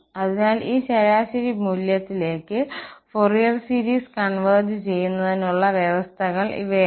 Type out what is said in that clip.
അതിനാൽ ഈ ശരാശരി മൂല്യത്തിലേക്ക് ഫൊറിയർ സീരീസ് കോൺവെർജ് ചെയ്യുന്നതിന് ഉള്ള വ്യവസ്ഥകൾ ഇവയായിരുന്നു